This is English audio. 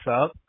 up